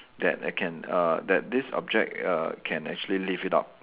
that I can uh that this object uh can actually lift it up